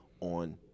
on